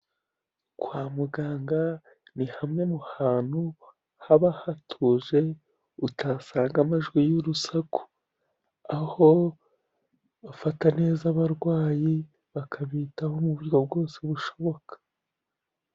Kwa muganga ni hamwe mu hantu haba hatuje, utasanga amajwi y'urusaku, aho bafata neza abarwayi, bakabitaho mu buryo bwose bushoboka.